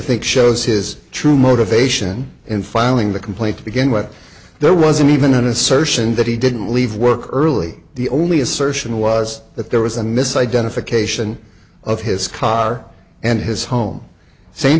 think shows his true motivation in filing the complaint to begin with there wasn't even an assertion that he didn't leave work early the only assertion was that there was a mis identification of his car and his home same